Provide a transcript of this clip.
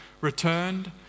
returned